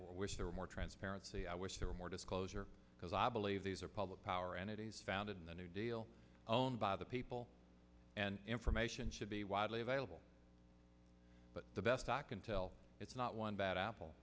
which there are more transparency i wish there were more disclosure because i believe these are public power entities founded in the new deal owned by the people and information should be widely available but the best i can tell it's not one bad apple